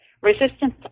resistance